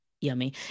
Yummy